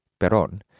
Perón